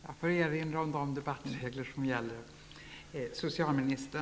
Jag måste erinra om de debattregler som gäller.